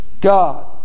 God